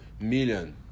million